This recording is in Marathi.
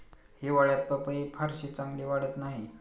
हिवाळ्यात पपई फारशी चांगली वाढत नाही